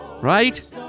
Right